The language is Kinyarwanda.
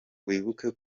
wibuke